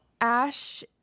Ash